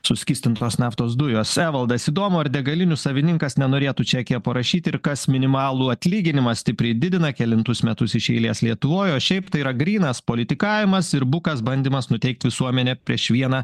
suskystintos naftos dujos evaldas įdomu ar degalinių savininkas nenorėtų čekyje parašyti ir kas minimalų atlyginimą stipriai didina kelintus metus iš eilės lietuvoj o šiaip tai yra grynas politikavimas ir bukas bandymas nuteikt visuomenę prieš vieną